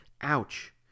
Ouch